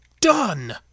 done